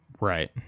Right